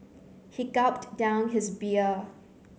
he gulped down his beer